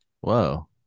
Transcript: Whoa